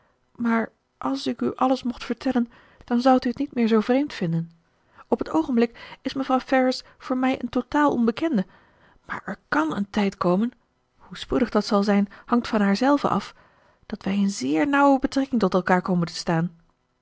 maar als ik u alles mocht vertellen dan zoudt u het niet meer zoo vreemd vinden op het oogenblik is mevrouw ferrars voor mij een totaal onbekende maar er kàn een tijd komen hoe spoedig dat zal zijn hangt van haarzelve af dat wij in zeer nauwe betrekking tot elkaar komen te staan